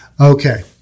Okay